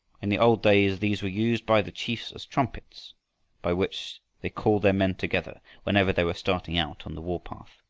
in the old days these were used by the chiefs as trumpets by which they called their men together whenever they were starting out on the war-path.